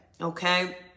okay